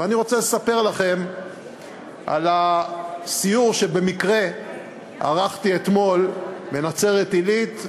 ואני רוצה לספר לכם על הסיור שבמקרה ערכתי אתמול בנצרת-עילית,